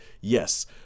Yes